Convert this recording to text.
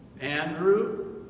Andrew